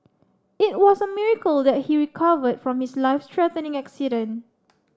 it was a miracle that he recovered from his life threatening accident